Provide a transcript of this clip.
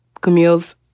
Camille's